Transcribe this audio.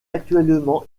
actuellement